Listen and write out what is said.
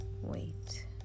wait